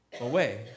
away